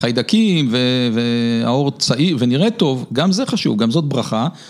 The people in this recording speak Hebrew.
חיידקים והעור צעיר ונראה טוב, גם זה חשוב, גם זאת ברכה.